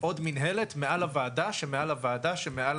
עוד מינהלת מעל הוועדה שמעל הוועדה שמעלה